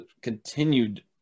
continued